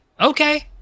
okay